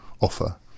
offer